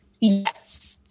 Yes